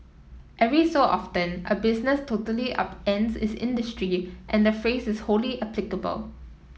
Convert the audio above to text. every so often a business totally upends its industry and the phrase is wholly applicable